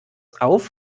auf